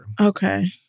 okay